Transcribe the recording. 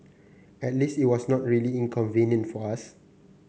at least it was not really inconvenient for us